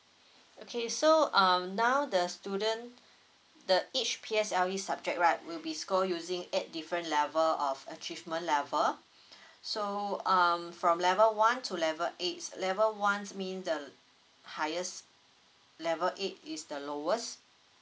okay so um now the student the each P_S_L_E subject right will be scored using eight different level of achievement level so um from level one to level is level eight level one means the highest level eight is the lowest